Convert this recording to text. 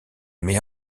met